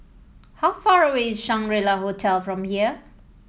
how far away is Shangri La Hotel from here